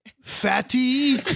fatty